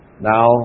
Now